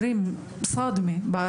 שלום,